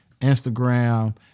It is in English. Instagram